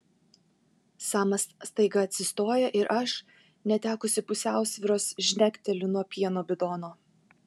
samas staiga atsistoja ir aš netekusi pusiausvyros žnekteliu nuo pieno bidono